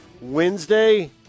Wednesday